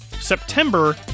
September